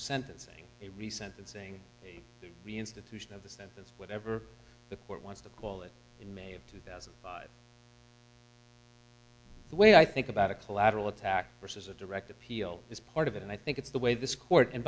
sentencing a recent saying the institution of the sentence whatever the court wants to call it in may two thousand the way i think about a collateral attack versus a direct appeal is part of it and i think it's the way this court and